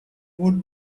would